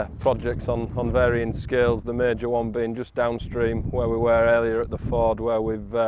ah projects um on varion skills the major one being just down stream where we were earlier at the ford, where we